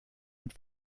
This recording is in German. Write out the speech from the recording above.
mit